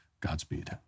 Godspeed